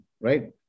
right